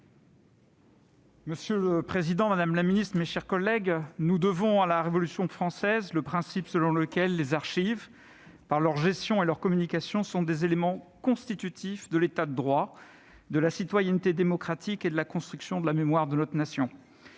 Monsieur le président, madame la ministre, mes chers collègues, nous devons à la Révolution française le principe selon lequel les archives, leur gestion et leur communication sont des éléments constitutifs de l'État de droit, de la citoyenneté démocratique et de la construction de la mémoire de la Nation.